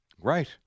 Right